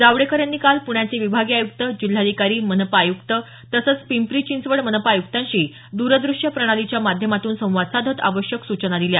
जावडेकर यांनी काल पुण्याचे विभागीय आयुक्त जिल्हाधिकारी मनपा आय़क्त तसंच पिंपरी चिंचवड मनपा आयुक्तांशी दूरदृश्यप्रणालीच्या माध्यमातून संवाद साधत आवश्यक सूचना दिल्या